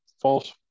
false